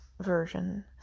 version